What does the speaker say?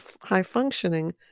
high-functioning